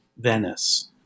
Venice